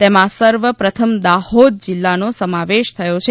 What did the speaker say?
તેમાં સર્વ પ્રથમ દાહોદ જિલ્લાનો સમાવેશ થયો છે